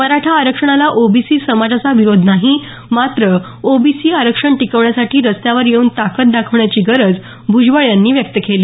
मराठा आरक्षणाला ओबीसी समाजाचा विरोध नाही मात्र ओबीसी आरक्षण टिकवण्यासाठी रस्त्यावर येऊन ताकद दाखवण्याची गरज भ्जबळ यांनी व्यक्त केली